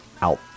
out